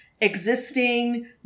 existing